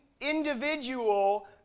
individual